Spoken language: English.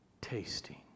tasting